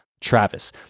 Travis